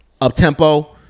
up-tempo